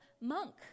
monk